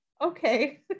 okay